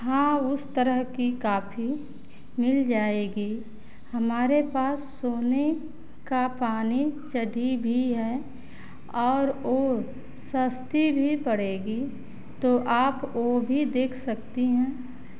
हाँ उस तरह की काफ़ी मिल जाएगी हमारे पास सोने का पानी चढ़ी भी है और वह सस्ती भी पड़ेगी तो आप वह भी देख सकती हैं